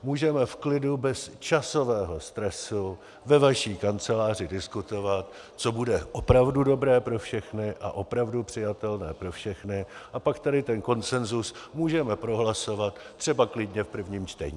Můžeme v klidu, bez časového stresu ve vaší kanceláři diskutovat, co bude opravdu dobré pro všechny a opravdu přijatelné pro všechny, a pak tady ten konsenzus můžeme prohlasovat třeba klidně v prvním čtení.